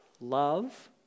Love